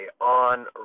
on